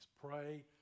Pray